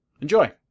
Enjoy